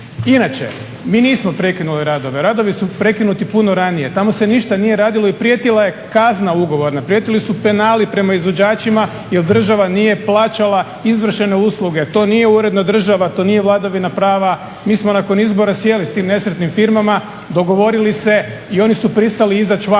Inače, mi nismo prekinuli radove. Radovi su prekinuti puno ranije. Tamo se ništa nije radilo i prijetila je kazna ugovorna. Prijetili su penali prema izvođačima, jer država nije plaćala izvršene usluge. To nije uredna država, to nije vladavina prava. Mi smo nakon izbora sjeli sa tim nesretnim firmama, dogovorili se i oni su pristali izaći van.